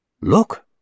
Look